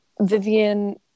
Vivian